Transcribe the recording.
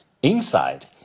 Inside